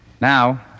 Now